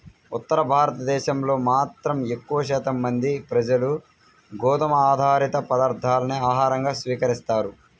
ఉత్తర భారతదేశంలో మాత్రం ఎక్కువ శాతం మంది ప్రజలు గోధుమ ఆధారిత పదార్ధాలనే ఆహారంగా స్వీకరిస్తారు